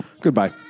Goodbye